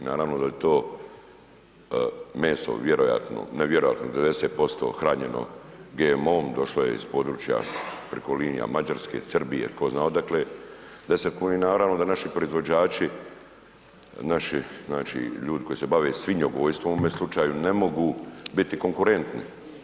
I naravno da je to meso vjerojatno, ne vjerojatno, 90% hranjeno GMO-om došlo je iz područja preko linija Mađarske, Srbije, tko zna odakle, 10 kuna i naravno da naši proizvođači, naši znači ljudi koji se bave svinjogojstvom u ovom slučaju ne mogu biti konkurentni.